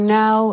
now